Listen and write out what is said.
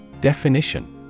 Definition